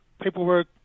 paperwork